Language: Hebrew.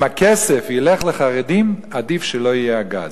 אם הכסף ילך לחרדים עדיף שלא יהיה הגז.